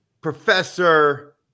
professor